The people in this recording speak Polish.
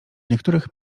niektórych